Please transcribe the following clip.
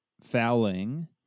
fouling